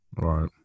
Right